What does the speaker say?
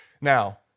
Now